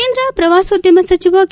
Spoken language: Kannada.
ಕೇಂದ್ರ ಪ್ರವಾಸೋದ್ದಮ ಸಚಿವ ಕೆ